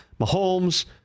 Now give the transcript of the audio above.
Mahomes